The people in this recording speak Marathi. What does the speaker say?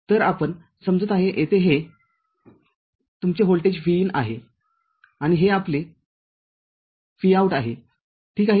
तरआपण समजत आहे येथे हे तुमचे व्होल्टेज Vin आहे आणि हे आपले Vout आहे ठीक आहे